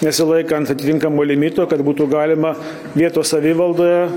nesilaikant atitinkamo limito kad būtų galima vietos savivaldoje